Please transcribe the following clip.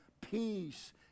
peace